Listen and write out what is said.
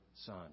son